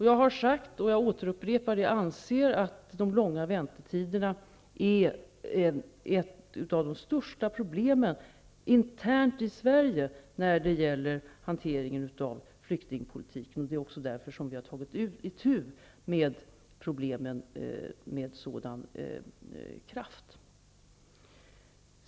Jag återupprepar att jag anser att de långa väntetiderna är ett av de största problemen internt i Sverige när det gäller hanteringen av flyktingpolitiken. Det är också därför som vi har tagit itu med problemen med sådan kraft.